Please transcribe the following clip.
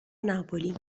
napoli